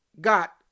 got